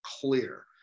clear